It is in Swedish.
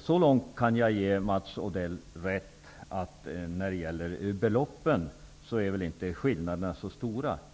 Så långt kan jag ge Mats Odell rätt att när det gäller beloppen är inte skillnaderna så stora.